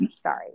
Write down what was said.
Sorry